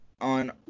on